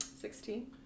Sixteen